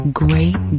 great